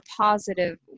positive